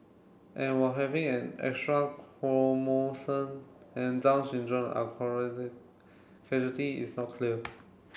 and while having an extra chromosome and Down syndrome are causality is not clear